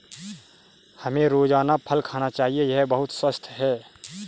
हमें रोजाना फल खाना चाहिए, यह बहुत स्वस्थ है